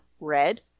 Red